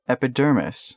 Epidermis